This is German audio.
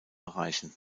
erreichen